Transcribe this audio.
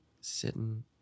sitting